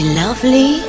lovely